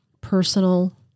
personal